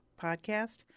podcast